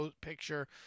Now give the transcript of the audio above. picture